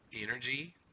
energy